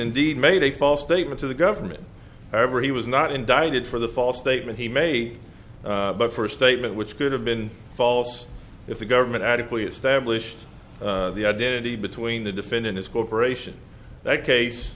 indeed made a false statement to the government however he was not indicted for the false statement he may but for a statement which could have been false if the government adequately established the identity between the defendant as corporation that case